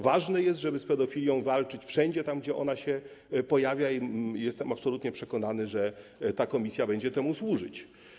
Ważne jest, żeby z pedofilią walczyć wszędzie tam, gdzie ona się pojawia, i jestem absolutnie przekonany, że ta komisja będzie temu służyć.